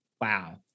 Wow